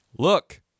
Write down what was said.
Look